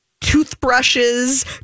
toothbrushes